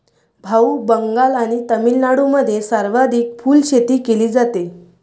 भाऊ, बंगाल आणि तामिळनाडूमध्ये सर्वाधिक फुलशेती केली जाते